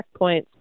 checkpoints